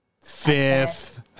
Fifth